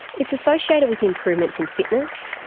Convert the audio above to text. it's associated with improvements in fitness,